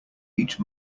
each